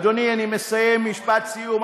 אדוני, אני מסיים, משפט סיום.